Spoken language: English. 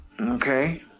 Okay